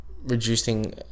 Reducing